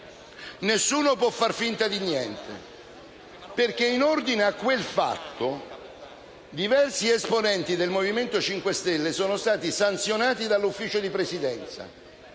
nessuno può far finta di niente. In ordine a quel fatto, infatti, diversi esponenti del Movimento 5 Stelle sono stati sanzionati dal Consiglio di Presidenza,